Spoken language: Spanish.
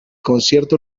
concierto